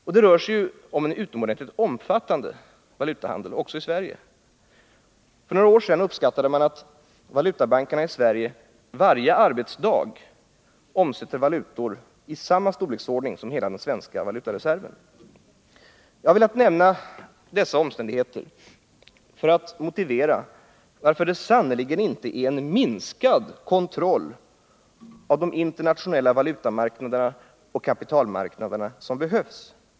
Och det rör sig ju om en utomordentligt omfattande valutahandel, också i Sverige — för några år sedan uppskattade man att valutabankerna i Sverige varje arbetsdag omsätter valutor i samma storleksordning som hela den svenska valutareserven. Jag har velat nämna dessa omständigheter för att motivera varför det sannerligen inte är en minskad kontroll av de internationella valutamarknaderna och kapitalmarknaderna som behövs.